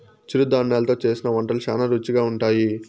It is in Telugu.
చిరుధాన్యలు తో చేసిన వంటలు శ్యానా రుచిగా ఉంటాయి